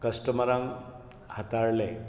कस्टमरांक हाताळलें